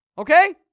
Okay